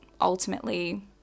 ultimately